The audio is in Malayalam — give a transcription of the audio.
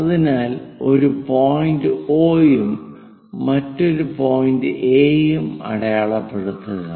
അതിനാൽ ഒരു പോയിന്റ് 'O' ഉം മറ്റൊരു പോയിന്റ് 'A' ഉം അടയാളപ്പെടുത്തുക